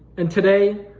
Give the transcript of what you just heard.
and today,